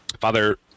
Father